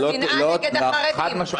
חד-משמעית.